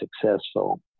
successful